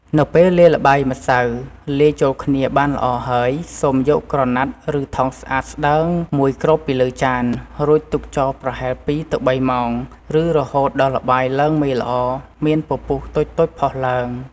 នៅពេលល្បាយម្សៅលាយចូលគ្នាបានល្អហើយ សូមយកក្រណាត់ ឬថង់ស្អាតស្តើងមួយគ្របពីលើចាន រួចទុកចោលប្រហែល ២ទៅ៣ ម៉ោង ឬរហូតដល់ល្បាយឡើងមេល្អ មានពពុះតូចៗផុសឡើង។